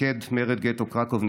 מפקד מרד גטו קרקוב,